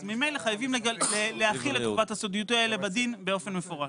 אז ממילא חייבים להחיל את חובת הסודיות הזאת בדין באופן מפורש.